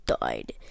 died